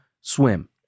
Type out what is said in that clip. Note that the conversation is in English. swim